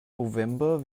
november